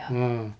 ah